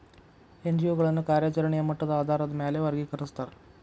NGO ಗಳನ್ನ ಕಾರ್ಯಚರೆಣೆಯ ಮಟ್ಟದ ಆಧಾರಾದ್ ಮ್ಯಾಲೆ ವರ್ಗಿಕರಸ್ತಾರ